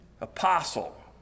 Apostle